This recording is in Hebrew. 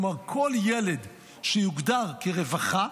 כלומר, כל ילד שיוגדר כרווחה,